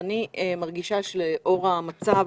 אבל אני מרגישה שלאור המצב